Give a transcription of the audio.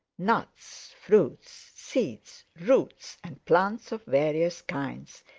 nuts, fruits, seeds, roots and plants of various kinds,